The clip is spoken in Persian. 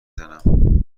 زنم